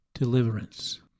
deliverance